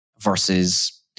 versus